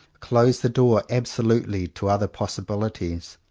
close the door absolutely to other possibilities.